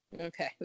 Okay